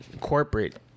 Corporate